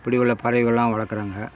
இப்படி உள்ள பறவைகள்லாம் வளர்க்குறாங்க